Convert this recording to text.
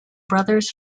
brothers